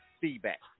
feedback